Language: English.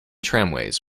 tramways